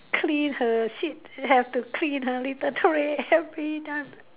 clean the shit have to clean the litter tray everytime